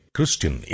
Christian